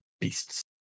beasts